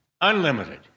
unlimited